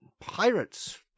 pirates